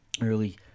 early